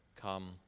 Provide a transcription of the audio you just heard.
Come